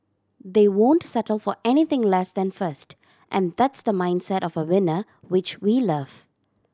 they won't settle for anything less than first and that's the mindset of a winner which we love